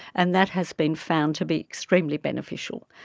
and that has been found to be extremely beneficial,